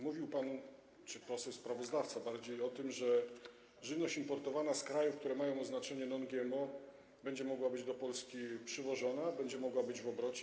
Mówił pan, czy poseł sprawozdawca bardziej, o tym, że żywność importowana z krajów, które stosują oznaczenie „no GMO”, będzie mogła być do Polski przywożona, będzie mogła być w obrocie.